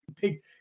big